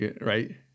right